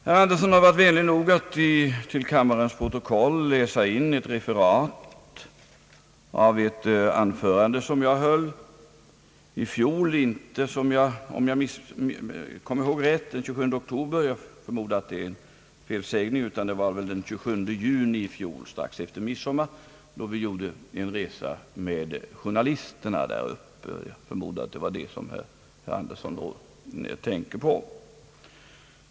Herr Andersson har varit vänlig nog att till kammarens protokoll läsa in ett referat av ett anförande som jag höll i fjol, inte såvitt jag kommer ihåg den 27 oktober — jag förmodar att det var en felsägning — utan den 27 juni, strax efter midsommar, då vi gjorde en resa med journalisterna där uppe. Jag förmodar att det var det tillfället som herr Andersson tänker på.